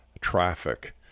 traffic